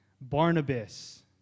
Barnabas